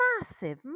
massive